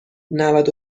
نود